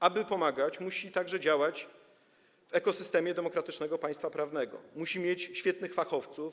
Aby pomagać, musi także działać w ekosystemie demokratycznego państwa prawnego, musi mieć świetnych fachowców.